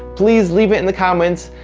please leave it in the comments.